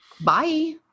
Bye